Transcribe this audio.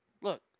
look